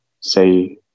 say